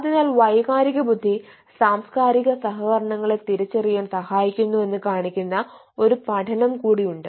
അതിനാൽ വൈകാരിക ബുദ്ധി സാംസ്കാരിക സഹകരണങ്ങളെ തിരിച്ചറിയാൻ സഹായിക്കുന്നു എന്ന് കാണിക്കുന്ന ഒരു പഠനം കൂടി ഉണ്ട്